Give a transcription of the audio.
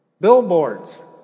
Billboards